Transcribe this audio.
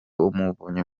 umuvunyi